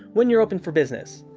when you're open for business.